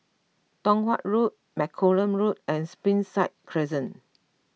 Tong Watt Road Malcolm Road and Springside Crescent